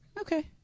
okay